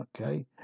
Okay